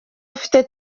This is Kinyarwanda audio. afite